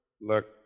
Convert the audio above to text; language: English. Look